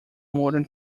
modern